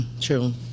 true